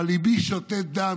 אבל ליבי שותת דם.